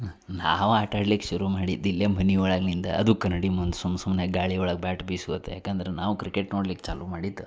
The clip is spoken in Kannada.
ನಾವು ಆಟಾಡ್ಲಿಕ್ಕೆ ಶುರು ಮಾಡಿದ್ದು ಇಲ್ಲಿಯೇ ಮನೆ ಒಳಗಿನಿಂದ ಅದೂ ಕನ್ನಡಿ ಮುಂದೆ ಸುಮ್ ಸುಮ್ಮನೆ ಗಾಳಿ ಒಳಗೆ ಬ್ಯಾಟ್ ಬೀಸ್ಕೋತ ಯಾಕಂದ್ರೆ ನಾವು ಕ್ರಿಕೆಟ್ ನೋಡ್ಲಿಕ್ಕೆ ಚಾಲೂ ಮಾಡಿದ್ದು